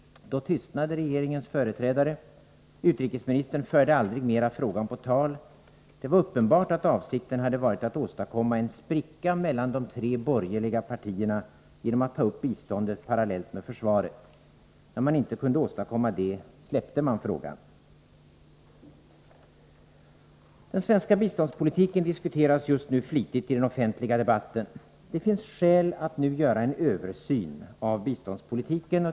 Då tystnade regeringens företrädare. Utrikesministern förde aldrig mera frågan på tal. Det var uppenbart att avsikten hade varit att åstadkomma en spricka mellan de tre borgerliga partierna genom att ta upp biståndet parallellt med försvaret. När man inte kunde åstadkomma det, släppte man frågan. Den svenska biståndspolitiken diskuteras just nu flitigt i den offentliga debatten. Det finns skäl att nu göra en översyn av biståndspolitiken.